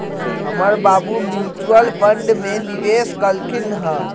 हमर बाबू mutual fund में निवेश कलखिंन्ह ह